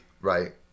Right